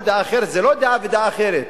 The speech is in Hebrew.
כל דעה אחרת זה לא דעה ודעה אחרת.